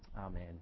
Amen